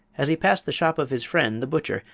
as he passed the shop of his friend, the butcher,